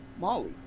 Molly